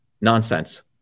nonsense